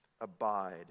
abide